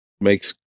makes